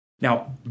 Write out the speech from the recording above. Now